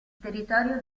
territorio